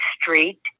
Street